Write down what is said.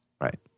Right